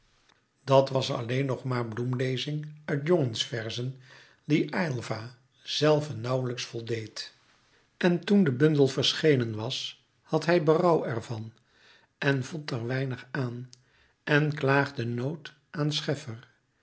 dat was alleen nog maar bloemlezing uit jongensverzen die aylva zelven nauwlijks voldeed en toen de bundel verschenen was had hij berouw ervan en vond er weinig aan en klaagde nood aan scheffer